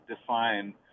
define